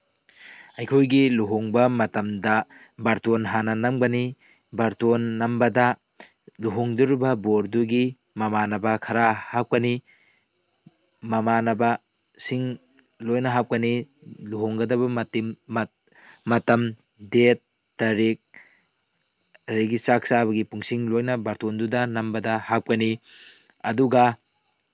ꯑꯩꯈꯣꯏꯒꯤ ꯂꯨꯍꯣꯡꯕ ꯃꯇꯝꯗ ꯕꯥꯔꯇꯣꯟ ꯍꯥꯟꯅ ꯅꯝꯒꯅꯤ ꯕꯥꯔꯇꯣꯟ ꯅꯝꯕꯗ ꯂꯨꯍꯣꯡꯒꯗꯧꯔꯤꯕ ꯕꯣꯔꯗꯨꯒꯤ ꯃꯃꯥꯟꯅꯕ ꯈꯔ ꯍꯥꯞꯀꯅꯤ ꯃꯃꯥꯟꯅꯕꯁꯤꯡ ꯂꯣꯏꯅ ꯍꯥꯞꯀꯅꯤ ꯂꯨꯍꯣꯡꯒꯗꯕ ꯃꯇꯝ ꯗꯦꯠ ꯇꯔꯤꯛ ꯔꯒꯤ ꯆꯥꯛ ꯆꯥꯕꯒꯤ ꯄꯨꯡꯁꯤꯡ ꯂꯣꯏꯅ ꯕꯥꯔꯇꯣꯟꯇꯨꯗ ꯅꯝꯕꯗ ꯍꯥꯞꯀꯅꯤ ꯑꯗꯨꯒ